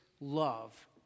love